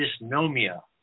dysnomia